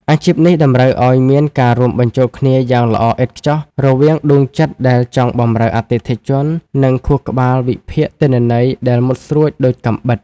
អាជីពនេះតម្រូវឱ្យមានការរួមបញ្ចូលគ្នាយ៉ាងល្អឥតខ្ចោះរវាងដួងចិត្តដែលចង់បម្រើអតិថិជន និងខួរក្បាលវិភាគទិន្នន័យដែលមុតស្រួចដូចកាំបិត។